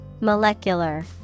Molecular